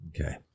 Okay